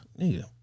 nigga